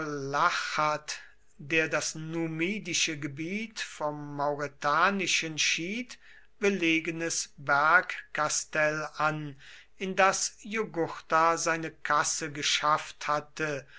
der das numidische gebiet vom mauretanischen schied belegenes bergkastell an in das jugurtha seine kasse geschafft hatte